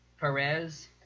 Perez